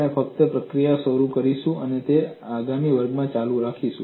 આપણે ફક્ત પ્રક્રિયા શરૂ કરીશું અને તેને આગામી વર્ગમાં ચાલુ રાખીશું